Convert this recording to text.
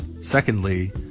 Secondly